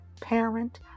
Parent